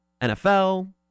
NFL